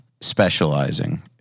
specializing